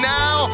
now